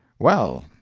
well,